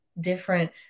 different